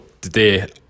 today